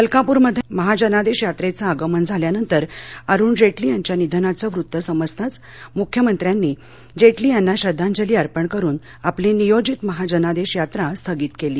मलकापूर्मध्ये महाजनादेश यात्रेचे आगमन झाल्यानंतर अरुण जेटली यांच्या निधनाचं वृत्त समजताच मुख्यमंत्र्यांनी जेटली यांना श्रद्वांजली अर्पण करून आपली नियोजित महाजनादेश यात्रा स्थगित केली